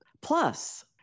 Plus